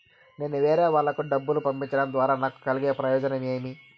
నేను వేరేవాళ్లకు డబ్బులు పంపించడం ద్వారా నాకు కలిగే ప్రయోజనం ఏమి?